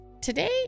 Today